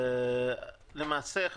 למעשה,